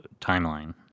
timeline